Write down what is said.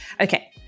Okay